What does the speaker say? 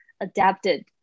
adapted